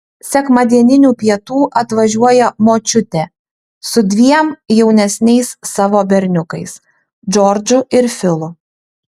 sekmadieninių pietų atvažiuoja močiutė su dviem jaunesniais savo berniukais džordžu ir filu